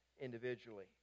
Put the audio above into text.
Individually